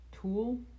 tool